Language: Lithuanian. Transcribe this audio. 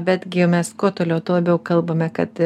betgi mes kuo toliau tuo labiau kalbame kad